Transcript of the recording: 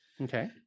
Okay